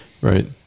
Right